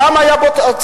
כמה היה בתקציב,